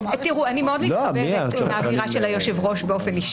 צריך לתת כלי גם אזרחי לשימוש במקרה